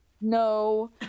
no